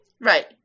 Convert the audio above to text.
right